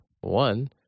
One